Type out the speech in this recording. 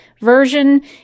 version